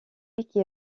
qui